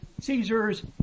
Caesars